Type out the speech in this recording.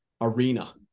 arena